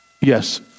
Yes